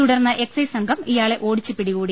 തുടർന്ന് എക്സൈസ് സംഘം ഇയാളെ ഓടിച്ച് പിടികൂടി